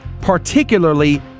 particularly